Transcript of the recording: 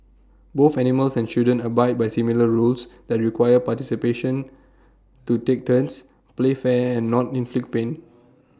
both animals and children abide by similar rules that require participants to take turns play fair and not inflict pain